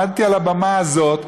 עמדתי על הבמה הזאת,